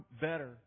better